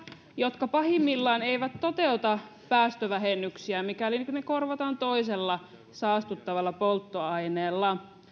jotka pahimmillaan eivät toteuta päästövähennyksiä mikäli ne korvataan toisella saastuttavalla polttoaineella